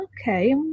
okay